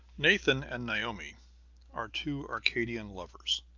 nathan and naomi are two arcadian lovers.